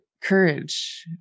courage